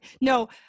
No